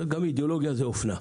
גם אידיאולוגיה זו אופנה.